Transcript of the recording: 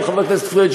חבר הכנסת פריג',